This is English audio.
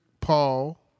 Paul